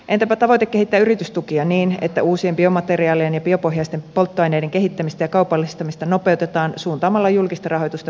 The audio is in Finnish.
entäpä tavoite kehittää yritystukia niin että uusien biomateriaalien ja biopohjaisten polttoaineiden kehittämistä ja kaupallistamista nopeutetaan suuntaamalla julkista rahoitusta pilotti ja demolaitoksille